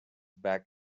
back